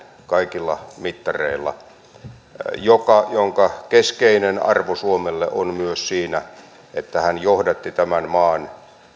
kaikilla mittareilla suuri suomalainen jonka keskeinen arvo suomelle on myös siinä että hän johdatti tämän maan